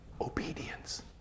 Obedience